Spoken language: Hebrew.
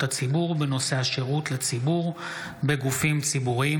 הציבור בנושא השירות לציבור בגופים ציבוריים.